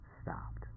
stopped